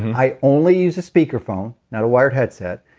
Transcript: i only use a speakerphone, not a wired headset.